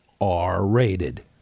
R-rated